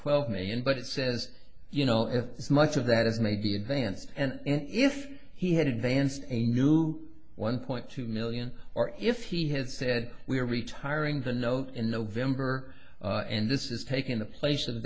twelve million but it says you know if this much of that is maybe advanced and if he had advanced a new one point two million or if he had said we are retiring the note in november and this is taking the place of